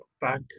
back